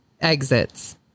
exits